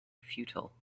futile